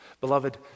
Beloved